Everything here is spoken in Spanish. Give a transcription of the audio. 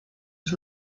los